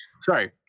Sorry